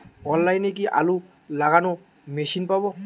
অনলাইনে কি আলু লাগানো মেশিন পাব?